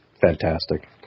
fantastic